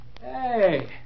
Hey